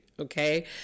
Okay